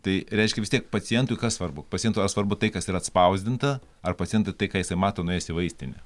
tai reiškia vis tiek pacientui kas svarbu pacientui yra svarbu tai kas yra atspausdinta ar pacientui tai ką jisai mato nuėjęs į vaistinę